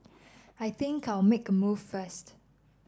I think I'll make a move first